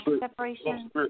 separation